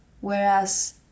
whereas